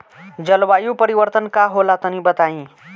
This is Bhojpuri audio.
जलवायु परिवर्तन का होला तनी बताई?